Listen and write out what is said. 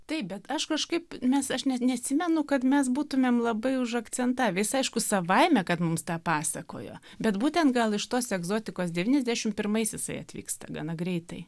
taip bet aš kažkaip mes aš net neatsimenu kad mes būtumėm labai užakcentavę jis aišku savaime kad mums tą pasakojo bet būtent gal iš tos egzotikos devyniasdešimt pirmais jisai atvyksta gana greitai